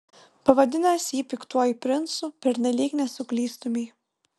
pavadinęs jį piktuoju princu pernelyg nesuklystumei